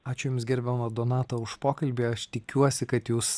ačiū jums gerbiama donato už pokalbį aš tikiuosi kad jūs